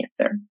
cancer